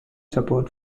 support